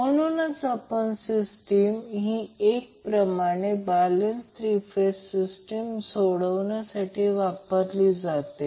म्हणूनच ही सिस्टीम एक प्रमाणे बॅलेन्स 3 फेज सिस्टीम सोडवण्यासाठी वापरली जाते